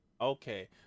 Okay